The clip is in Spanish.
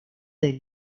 del